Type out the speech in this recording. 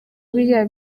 biriya